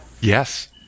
Yes